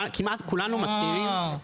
כמעט כולנו מסכימים על כך.